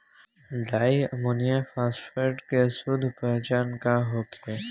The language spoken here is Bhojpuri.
डाइ अमोनियम फास्फेट के शुद्ध पहचान का होखे?